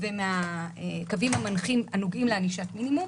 ומן הקווים המנחים הנוגעים לענישת מינימום,